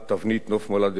כתב שאול טשרניחובסקי,